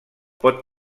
pot